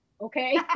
okay